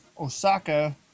Osaka